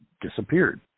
disappeared